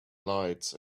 lights